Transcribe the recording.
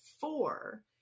four